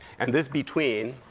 and this between